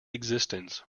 existence